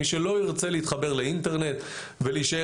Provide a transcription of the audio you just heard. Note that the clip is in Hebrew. מי שלא ירצה להתחבר לאינטרנט ולהישאר